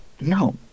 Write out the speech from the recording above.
No